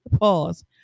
pause